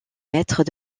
mètres